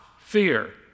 fear